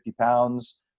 pounds